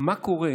מה קורה